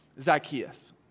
Zacchaeus